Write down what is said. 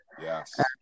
Yes